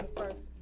first